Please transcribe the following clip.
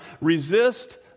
resist